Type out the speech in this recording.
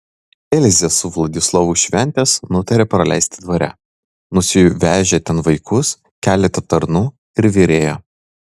elzė su vladislovu šventes nutarė praleisti dvare nusivežę ten vaikus keletą tarnų ir virėją